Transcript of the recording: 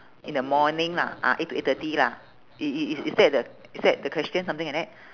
in the morning lah ah eight to eight thirty lah is is is that the is that the question something like that